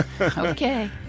Okay